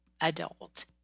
adult